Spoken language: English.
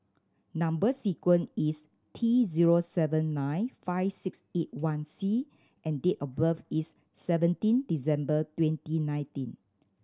number sequence is T zero seven nine five six eight one C and date of birth is seventeen December twenty nineteen